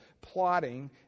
plotting